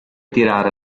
tirare